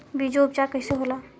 बीजो उपचार कईसे होला?